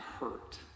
hurt